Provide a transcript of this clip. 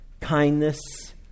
kindness